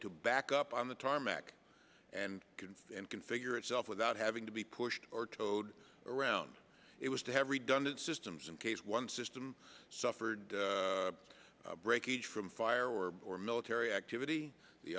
to back up on the tarmac and could configure itself without having to be pushed or towed around it was to have redundant systems in case one system suffered breakage from fire or or military activity the